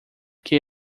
que